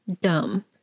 dumb